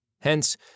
Hence